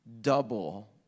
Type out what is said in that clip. double